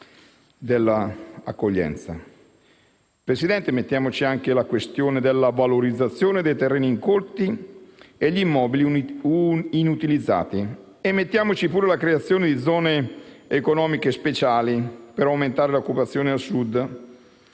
Presidente, mettiamoci anche la questione della valorizzazione dei terreni incolti e degli immobili inutilizzati e mettiamoci pure la creazione di Zone economiche speciali, per aumentare l'occupazione al Sud.